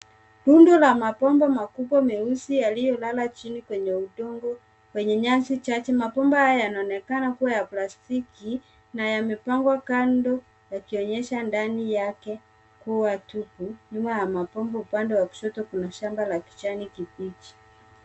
Muundo la mabomba makubwa meusi yaliyolala chini kwenye udongo wenye nyasi chache. Mabomba haya yanaonekana kuwa ya plastiki na yamepangwa kando yakionyesha ndani yake kuwa tupu nyuma ya mabomba, upande wa kushoto kuna shamba la kijani kibichi.